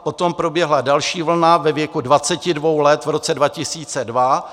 Potom proběhla další vlna ve věku 22 let v roce 2002.